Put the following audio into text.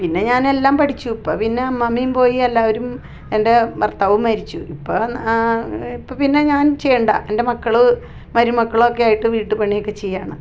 പിന്നെ ഞാൻ എല്ലാം പഠിച്ചു ഇപ്പം പിന്നെ അമ്മാമ്മയും പോയി എല്ലാവരും എൻ്റെ ഭർത്താവും മരിച്ചു ഇപ്പോൾ എന്നാൽ ഇപ്പോൾ പിന്നെ ഞാൻ ചെയ്യേണ്ട എൻ്റെ മക്കൾ മരുമക്കളൊക്കെ ആയിട്ട് വീട്ട് പണിയൊക്കെ ചെയ്യുകയാണ്